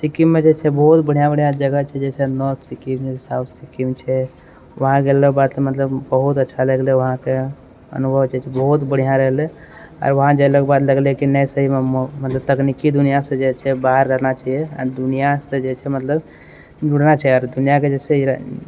सिक्किममे जे छै बहुत बढ़िआँ बढ़िआँ जगह छै जैसे नार्थ सिक्किम छै साउथ सिक्किम छै वहाँ गेलाके बाद मतलब बहुत अच्छा लगलै वहाँके अनुभव जे छै बहुत बढ़िआँ रहलै आओर वहाँ जायलाके बाद लगलै की नहि सहीमे मतलब तकनिकी दुनिया जे छै बाहर रहना चाही आओर दुनियासँ जे छै मतलब जुड़ना चाही आओर दुनिया के जे छै